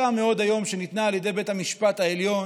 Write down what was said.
מאוד היום שניתנה על ידי בית המשפט העליון,